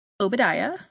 Obadiah